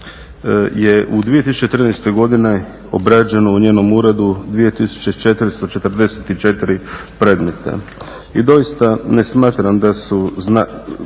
je u 2013. godini obrađeno u njenom uredu 2444 predmeta. I doista ne smatram da su bitno